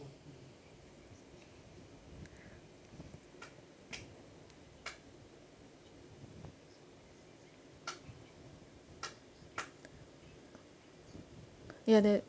ya they